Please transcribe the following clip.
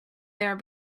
there